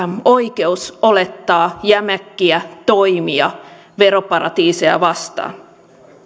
oikeus olettaa jämäkkiä toimia veroparatiiseja vastaan